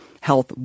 health